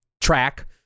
Track